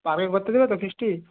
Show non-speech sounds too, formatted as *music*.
*unintelligible* করতে দেবে তো বৃষ্টি